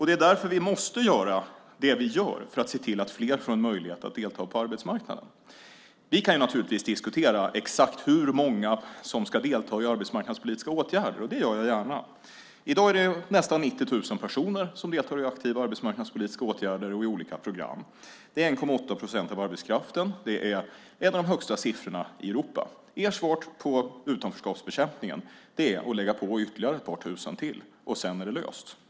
Det är därför vi måste göra det vi gör för att se till att fler får en möjlighet att delta på arbetsmarknaden. Vi kan naturligtvis diskutera exakt hur många som ska delta i arbetsmarknadspolitiska åtgärder. Det gör jag gärna. I dag är det nästan 90 000 personer som deltar i aktiva arbetsmarknadspolitiska åtgärder och i olika program. Det är 1,8 procent av arbetskraften - en av de högsta siffrorna i Europa. Ert svar på utanförskapsbekämpningen är att lägga på ytterligare ett par tusen, och sedan är det löst.